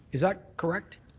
is that correct?